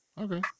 okay